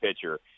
pitcher